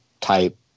type